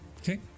Okay